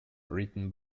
written